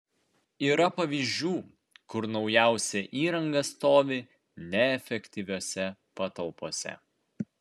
yra pavyzdžių kur naujausia įranga stovi neefektyviose patalpose